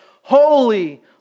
Holy